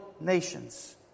nations